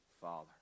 father